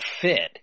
fit